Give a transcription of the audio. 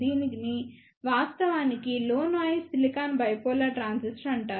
దీనిని వాస్తవానికి low noise silicon bipolar transistor అంటారు